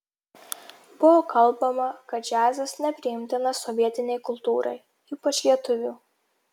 buvo kalbama kad džiazas nepriimtinas sovietinei kultūrai ypač lietuvių